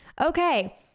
Okay